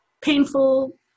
painful